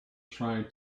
trying